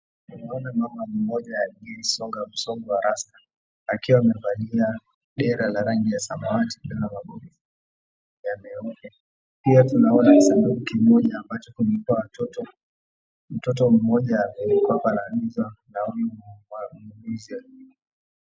tunaona mama mmoja amesonga msongo wa rasta akiwa amevalia dera la rangi ya samawati na magoti. Pia tunaona sanduku kimoja ambacho kumejaa watoto mtoto mmoja alikuwa analizwa na huyu muuguzi.